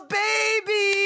baby